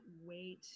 wait